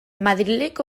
madrileko